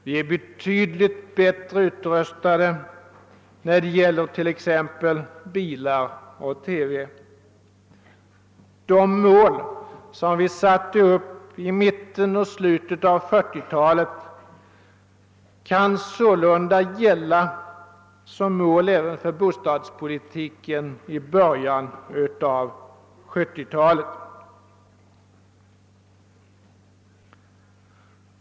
Vi är betydligt bättre utrustade när det gäller t.ex. bilar och TV. De mål som vi satte upp i mitten och slutet av 1940-talet kan alltså gälla som mål för bostadspolitiken även i början av 1970-talet.